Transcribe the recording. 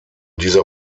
dieser